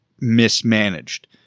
mismanaged